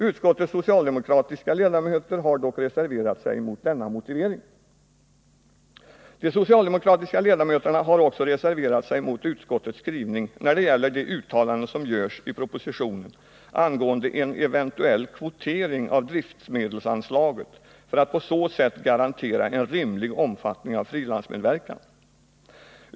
Utskottets socialdemokratiska leda möter har dock reserverat sig mot denna motivering. Nr 102 De socialdemokratiska ledamöterna har också reserverat sig mot utskot Torsdagen den tets skrivning när det gäller de uttalanden som görs i propositionen angående 13 mars 1980 en eventuell kvotering av driftmedelsanslaget för att på så sätt garantera en rimlig omfattning av frilansmedverkan.